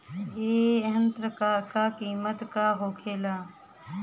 ए यंत्र का कीमत का होखेला?